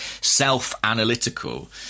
self-analytical